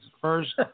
first